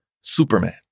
Superman